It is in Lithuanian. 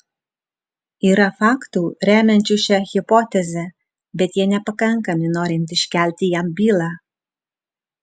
yra faktų remiančių šią hipotezę bet jie nepakankami norint iškelti jam bylą